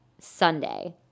Sunday